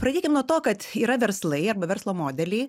pradėkim nuo to kad yra verslai arba verslo modeliai